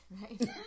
right